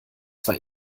zwar